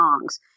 songs